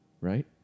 right